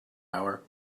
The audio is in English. hour